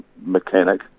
mechanic